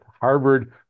Harvard